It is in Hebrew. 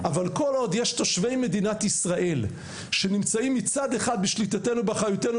כל עוד יש תושבים במדינת ישראל שנמצאים מצד אחד בשליטתנו ובאחריותנו,